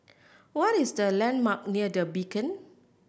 what is the landmark near The Beacon